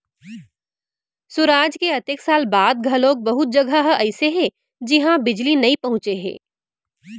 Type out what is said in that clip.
सुराज के अतेक साल बाद घलोक बहुत जघा ह अइसे हे जिहां बिजली नइ पहुंचे हे